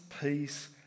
peace